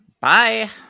Bye